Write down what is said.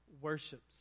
worships